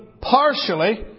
partially